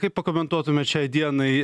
kaip pakomentuotumėt šiai dienai